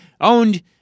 owned